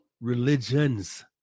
religions